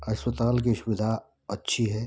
अस्पताल की सुविधा अच्छी है